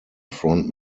front